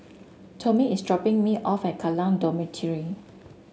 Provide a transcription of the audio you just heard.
Tomie is dropping me off at Kallang Dormitory